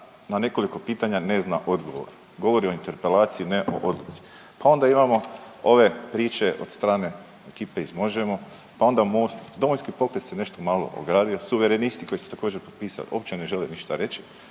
na nekoliko pitanja ne zna odgovor. Govori o interpelaciji, ne o odluci. Pa onda imamo ove priče od strane ekipe iz Možemo, pa onda MOST, Domovinski pokret se nešto ogradio, suverenisti koji su također potpisali uopće ne žele ništa reći.